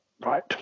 Right